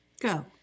Go